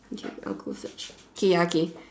okay I'll go search okay ya K